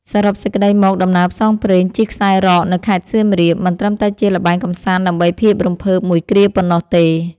សរុបសេចក្ដីមក ដំណើរផ្សងព្រេងជិះខ្សែរ៉កនៅខេត្តសៀមរាប មិនត្រឹមតែជាល្បែងកម្សាន្តដើម្បីភាពរំភើបមួយគ្រាប៉ុណ្ណោះទេ។